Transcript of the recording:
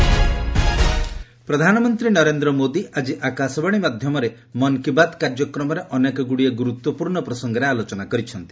PM Mann Ki Baat ପ୍ରଧାନମନ୍ତ୍ରୀ ନରେନ୍ଦ୍ର ମୋଦି ଆଜି ଆକାଶବାଣୀ ମାଧ୍ୟମରେ 'ମନ୍ କି ବାତ୍' କାର୍ଯ୍ୟକ୍ରମରେ ଅନେକଗୁଡିଏ ଗୁରୁତ୍ୱପୂର୍ଣ୍ଣ ପ୍ରସଙ୍ଗରେ ଆଲୋଚନା କରିଛନ୍ତି